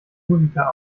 musiker